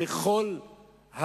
בכל,